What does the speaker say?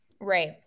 Right